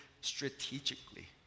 strategically